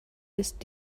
ist